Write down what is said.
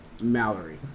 mallory